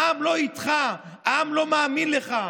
העם לא איתך, העם לא מאמין לך.